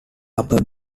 upper